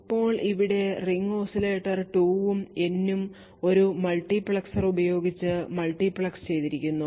ഇപ്പോൾ ഇവിടെ ring oscillator 2 ഉം N ഉം ഒരു മൾട്ടിപ്ലക്സർ ഉപയോഗിച്ചു മൾട്ടിപ്ലക്ക്സ് ചെയ്തിരിക്കുന്നു